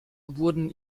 wurden